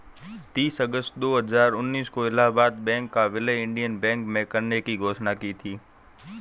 तीस अगस्त दो हजार उन्नीस को इलाहबाद बैंक का विलय इंडियन बैंक में करने की घोषणा की थी